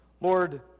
Lord